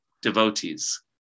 devotees